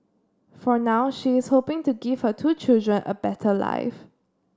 for now she is hoping to give her two children a better life